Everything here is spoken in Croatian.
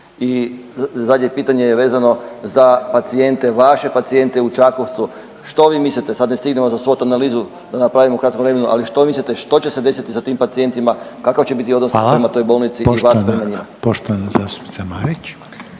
I zadnje pitanje je vezano za pacijente vaše, pacijente u Čakovcu. Što vi mislite sad ne stignemo za swot analizu da napravimo u kratkom vremenu, ali što mislite što će se desiti sa tim pacijentima, kakav će biti odnos prema toj bolnici i vas prema njima? **Reiner,